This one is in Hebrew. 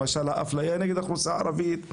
למשל האפליה נגד האוכלוסייה הערבית,